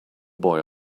boy